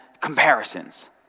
comparisons